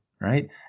right